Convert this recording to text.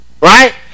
Right